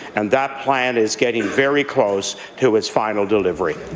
and that plan is getting very close to its final delivery.